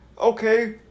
okay